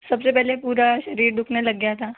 सबसे पहले पूरा शरीर दुखने लग गया था